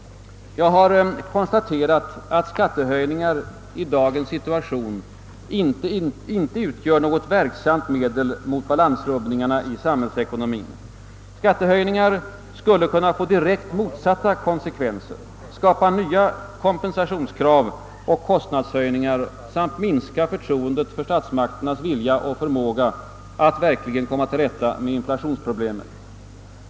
Jag har konstaterat att skattehöjningar i dagens situation icke utgör något verksamt medel mot balansrubbningarna i samhällsekonomien. Skattehöjningar skulle kunna få direkt motsatta konsekvenser, skapa nya kompensationskrav och kostnadshöjningar samt minska förtroendet för statsmakternas vilja och förmåga att komma till rätta med inflationsproblemen.